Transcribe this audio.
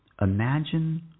Imagine